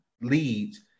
leads